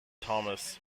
thomas